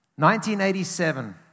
1987